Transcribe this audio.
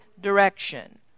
direction